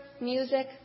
music